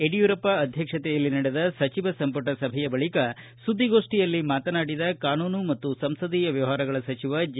ಯಡಿಯೂರಪ್ಪ ಅಧ್ಯಕ್ಷತೆಯಲ್ಲಿ ನಡೆದ ಸಚಿವ ಸಂಪುಟ ಸಭೆ ಬಳಿಕ ಸುದ್ದಿಗೋಷ್ಠಿಯಲ್ಲಿ ಮಾತನಾಡಿದ ಕಾನೂನು ಮತ್ತು ಸಂಸದೀಯ ವ್ಯವಹಾರಗಳ ಸಚಿವ ಜೆ